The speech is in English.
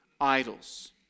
idols